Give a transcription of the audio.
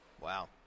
Wow